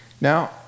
Now